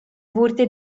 wurde